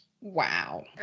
wow